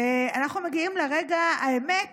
ואנחנו מגיעים לרגע האמת